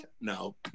No